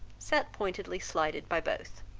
sat pointedly slighted by both.